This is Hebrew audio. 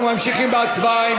אנחנו ממשיכים בהצבעה.